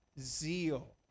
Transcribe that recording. Zeal